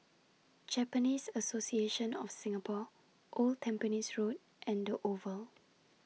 Japanese Association of Singapore Old Tampines Road and The Oval